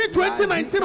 2019